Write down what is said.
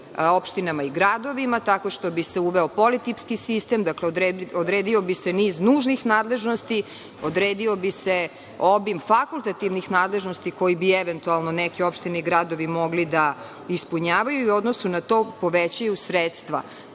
opštinama i gradovima, tako što bi se uveo politipski sistem, dakle odredio bi se niz nužnih nadležnosti, odredio bi se obim fakultativnih nadležnosti koje bi eventualno neke opštine i gradovi mogli da ispunjavaju i u odnosu na to da povećaju sredstva,